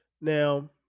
Now